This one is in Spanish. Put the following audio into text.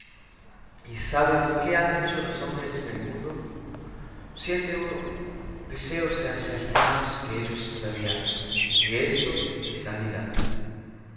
y sabe lo que han hecho los hombres en el mundo siente uno deseos de hacer más que ellos todavía y eso es la vida